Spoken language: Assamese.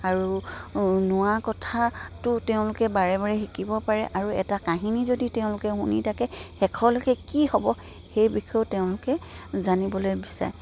আৰু নোৱাৰা কথাটো তেওঁলোকে বাৰে বাৰে শিকিব পাৰে আৰু এটা কাহিনী যদি তেওঁলোকে শুনি থাকে শেষলৈকে কি হ'ব সেই বিষয়েও তেওঁলোকে জানিবলৈ বিচাৰে